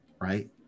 right